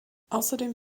außerdem